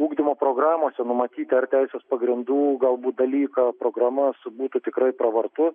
ugdymo programose numatyti ar teisės pagrindų galbūt dalyką programas būtų tikrai pravartu